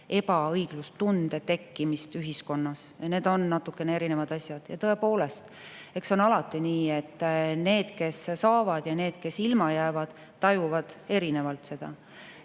"ebaõiglustunde tekkimine ühiskonnas". Need on natukene erinevad asjad. Ja tõepoolest, eks see on alati nii, et need, kes saavad, ja need, kes ilma jäävad, tajuvad seda erinevalt.